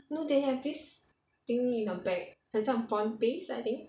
no they have this thingy in the back 很像 prawn paste I think